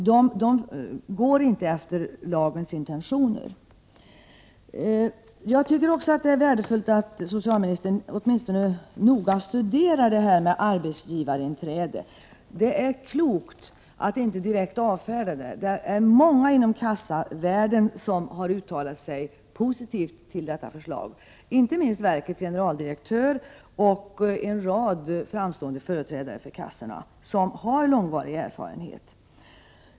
Bedömningarna överensstämmer inte med lagens intentioner. Det är också värdefullt att socialministern åtminstone noga studerar arbetsgivarinträde. Det är klokt att inte direkt avfärda tanken. Många inom kassavärlden har uttalat sig positivt om förslaget, inte minst verkets generaldirektör och en rad framstående företrädare för kassorna, personer med lång erfarenhet.